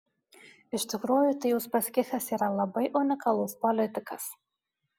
iš tikrųjų tai uspaskichas yra labai unikalus politikas